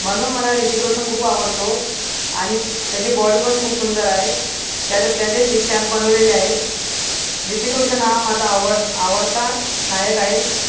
म्हणून मला ऋतिक रोशन खूप आवडतो आणि त्याची बॉडी पण खूप सुंदर आहे त्याचे त्याचे सिक्स ॲब बनवलेले आहेत ऋतिक रोशन हा माझा आवड आवडता नायक आहे